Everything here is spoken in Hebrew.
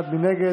מי נגד?